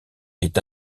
est